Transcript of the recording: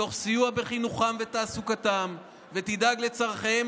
תוך סיוע בחינוכם ותעסוקתם ותדאג לצורכיהם